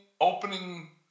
opening